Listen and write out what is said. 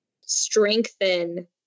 strengthen